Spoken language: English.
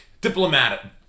diplomatic